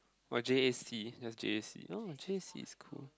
or J A C just J A C oh J A C is cool